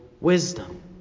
wisdom